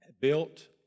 built